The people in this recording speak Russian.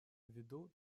ввиду